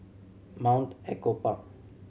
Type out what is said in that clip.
Mount Echo Park